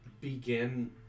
begin